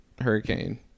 hurricane